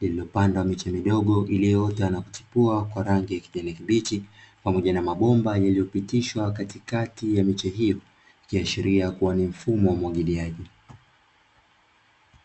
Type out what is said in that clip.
iliyopandwa miche midogo iliyoota na kuchipua kwa rangi ya kijani kibichi pamoja na mabomba yaliyopitishwa katikati ya miche hiyo, ikiashiria kuwa ni mfumo wa umwagiliaji.